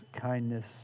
kindness